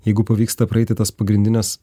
jeigu pavyksta praeiti tas pagrindines